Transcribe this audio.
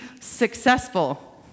successful